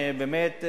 באמת,